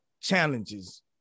challenges